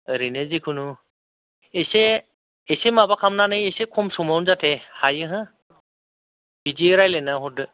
ओरैनो जिखुनु एसे एसे माबा खालामनानै एसे खम समावनो जाहाते हायो हो बिदि रायलायना हरदो